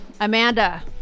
Amanda